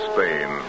Spain